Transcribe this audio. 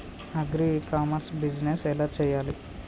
Agri e commerce business ఎలా చెయ్యాలి?